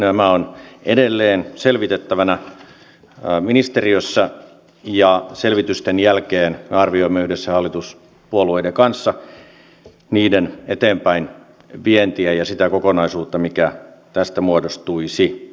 nämä ovat edelleen selvitettävänä ministeriössä ja selvitysten jälkeen me arvioimme yhdessä hallituspuolueiden kanssa niiden eteenpäinvientiä ja sitä kokonaisuutta mikä tästä muodostuisi